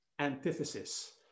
antithesis